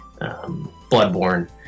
Bloodborne